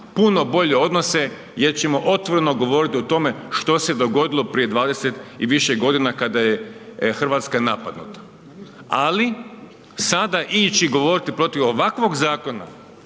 puno bolje odnose jer ćemo otvoreno govoriti o tome, što se je dogodilo prije 20 i više godina, kada je Hrvatska napadnuta. Ali, sada ići govoriti protiv ovakvog zakona,